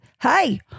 Hey